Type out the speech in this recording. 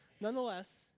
nonetheless